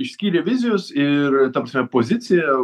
išskyrė vizijos ir ta prasme pozicija